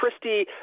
Christie